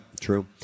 true